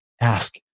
Ask